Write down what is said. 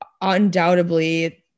undoubtedly